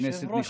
כנסת נכבדה,